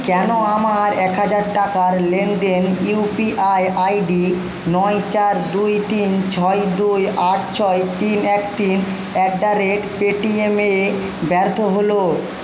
কেন আমার এক হাজার টাকার লেনদেন ইউপিআই আইডি নয় চার দুই তিন ছয় দুই আট ছয় তিন এক তিন অ্যাট দা রেট পেটিএমে ব্যর্থ হলো